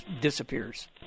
disappears